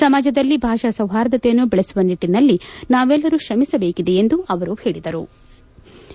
ಸಮಾಜದಲ್ಲ ಭಾಷಾ ಸೌಹಾರ್ಧತೆಯನ್ನು ಬೆಳೆಸುವ ನಿಣ್ಣಿನಲ್ಲಿ ನಾವೆಲ್ಲರೂ ಶ್ರಮಿಸಬೇಕಿದೆ ಎಂದು ಅವರು ಹೇಳದರು